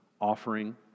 offering